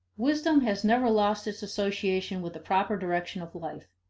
wisdom has never lost its association with the proper direction of life.